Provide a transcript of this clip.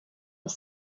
was